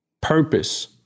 Purpose